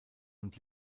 und